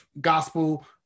gospel